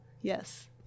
yes